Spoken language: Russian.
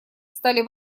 стали